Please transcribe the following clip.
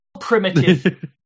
Primitive